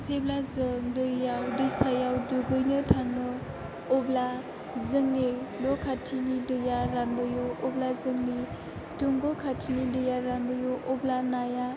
जेब्ला जों दैयाव दैसायाव दुगैनो थाङो अब्ला जोंनि न' खाथिनि दैया रानबोयो अब्ला जोंनि दंग' खाथिनि दैया रानबोयो अब्ला नाया